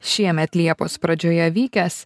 šiemet liepos pradžioje vykęs